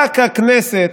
רק הכנסת,